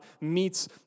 meets